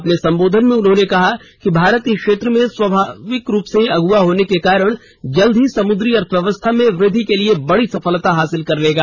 अपने संबोधन में उन्होंने कहा कि भारत इस क्षेत्र में स्वभाविक रूप से अगुवा होने के कारण जल्द ही समुद्री अर्थव्यवस्था में वृद्धि के लिए बड़ी सफलता हासिल कर लेगा